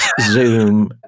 Zoom